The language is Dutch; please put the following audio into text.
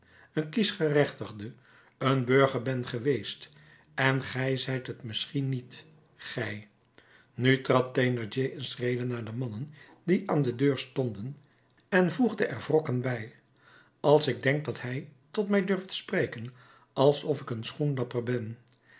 kiesgerechtigde een burger ben geweest en gij zijt het misschien niet gij nu trad thénardier een schrede naar de mannen die aan de deur stonden en voegde er wrokkend bij als ik denk dat hij tot mij durft spreken alsof ik een schoenlapper ben